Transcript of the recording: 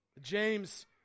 James